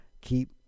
keep